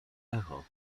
echo